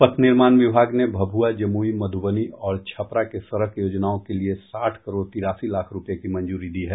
पथ निर्माण विभाग ने भभुआ जमुई मधुबनी और छपरा के सड़क योजनाओं के लिए साठ करोड़ तिरासी लाख रूपये की मंजूरी दी है